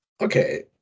Okay